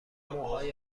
موهای